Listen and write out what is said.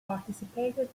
participated